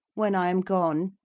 when i am gone?